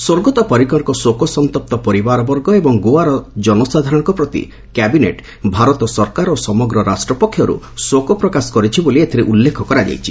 ସ୍ୱର୍ଗତ ପରିକରଙ୍କ ଶୋକସନ୍ତପ୍ତ ପରିବାର ବର୍ଗ ଏବଂ ଗୋଆର ଜନସାଧାରଣଙ୍କ ପ୍ରତି କ୍ୟାବିନେଟ୍ ଭାରତ ସରକାର ଓ ସମଗ୍ର ରାଷ୍ଟ ପକ୍ଷର୍ ଶୋକ ପ୍ରକାଶ କରିଛି ବୋଲି ଏଥିରେ ଉଲ୍ଲେଖ କରାଯାଇଛି